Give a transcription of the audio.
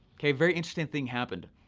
a very interesting thing happened,